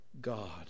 God